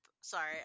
sorry